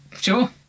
sure